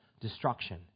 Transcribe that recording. destruction